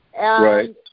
Right